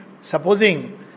Supposing